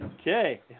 Okay